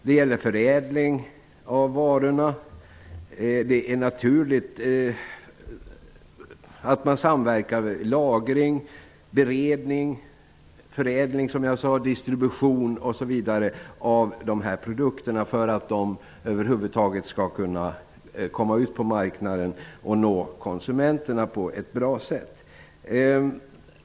Det är naturligt att man samverkar vid lagring, beredning, förädling, distribution osv. av de här produkterna för att de skall kunna komma ut på marknaden och nå konsumenterna på ett bra sätt.